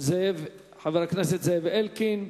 חבר הכנסת זאב אלקין.